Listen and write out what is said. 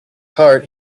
heart